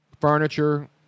Furniture